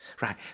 Right